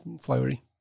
flowery